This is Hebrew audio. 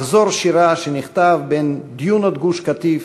מחזור שירה שנכתב בין דיונות גוש-קטיף